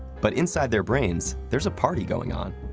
but inside their brains, there's a party going on.